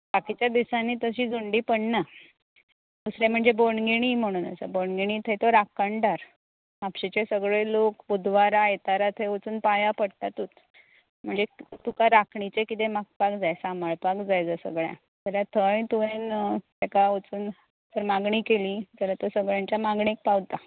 बाकीच्या दिसांनी तशी झुंडी पडना दुसरें म्हणजे बोडगिणी म्हूण आसा बोडगिणी म्हणल्यार थंय तो राखणदार म्हापशेंचे सगळे लोक बुधवारा आयतारा थंय वचून पांयां पडटातूच म्हणजे तुका राखणेचें कितें मागपाक जाय सांबाळपाक जाय जर सगळ्यांक जाल्यार थंय तुवें एका वचून जर मागणी केली जाल्यार तो सगळ्यांचे मागणेक पावता